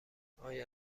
آیا